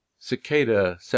cicada